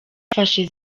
bafashe